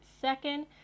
second